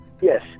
Yes